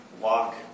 walk